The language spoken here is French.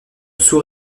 sous